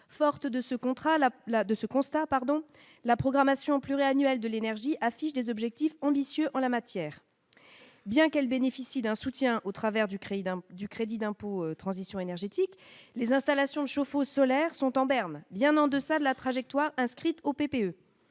place de ce constat, pardon la programmation pluriannuelle de l'énergie affiche des objectifs ambitieux en la matière, bien qu'elle bénéficie d'un soutien au travers du crédit d'impôt du crédit d'impôt, transition énergétique, les installations chauffe-eau solaires sont en berne, bien en deçà de la trajectoire inscrite au PPE,